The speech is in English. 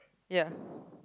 ya